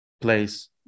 place